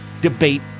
debate